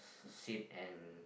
sit and